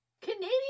Canadian